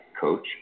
coach